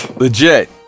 Legit